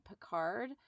Picard